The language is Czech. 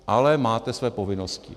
Ale máte své povinnosti.